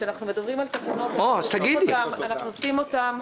אנחנו עושים אותן